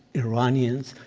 iranians.